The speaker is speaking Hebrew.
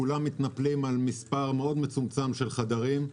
כולם מתנפלים על מספר מצומצם מאוד של חדרים.